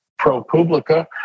ProPublica